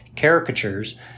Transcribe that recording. Caricatures